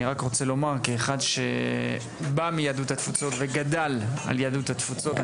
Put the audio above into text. אני רק רוצה לומר כאחד שבא מיהדות התפוצות וגדל על יהדות התפוצות,